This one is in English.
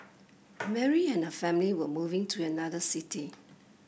Mary and family were moving to another city